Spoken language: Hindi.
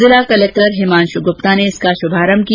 जिला कलेक्टर हिमांश गुप्ता ने इसका शुभारंभ किया